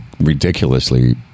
ridiculously